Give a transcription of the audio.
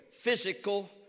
physical